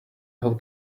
how